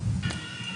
כללית.